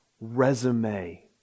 resume